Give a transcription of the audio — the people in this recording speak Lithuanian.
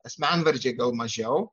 asmenvardžiai gal mažiau